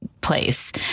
place